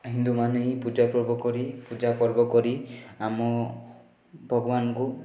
ହିନ୍ଦୁମାନେ ହିଁ ପୂଜାପର୍ବ କରି ପୂଜାପର୍ବ କରି ଆମ ଭଗବାନଙ୍କୁ